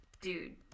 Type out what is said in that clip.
dude